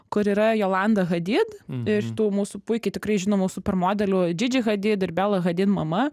kur yra jolanda hadid iš tų mūsų puikiai tikrai žinomų supermodelių džidžihadid ir bella hadid mama